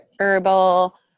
herbal